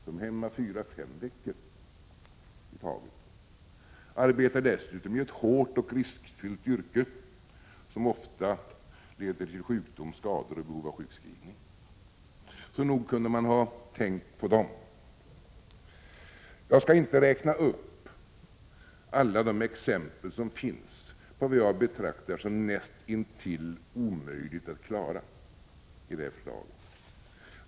De är hemma fyra-fem veckor i taget och arbetar dessutom i ett hårt och riskfyllt yrke som ofta leder till sjukdom, skador och behov av sjukskrivning, så nog kunde man ha tänkt på dem. Jag skall inte räkna upp alla de exempel som finns och som jag betraktar som näst intill omöjliga att genomföra i det här förslaget.